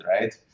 right